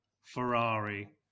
Ferrari